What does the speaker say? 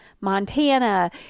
Montana